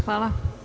Hvala.